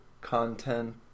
content